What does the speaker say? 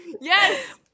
yes